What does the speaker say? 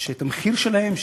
את המחיר שלהם,